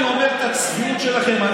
מתנות מחברים אתה לוקח?